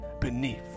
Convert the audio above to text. beneath